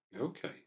Okay